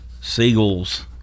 Seagulls